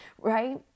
right